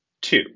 Two